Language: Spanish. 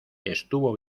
estuvo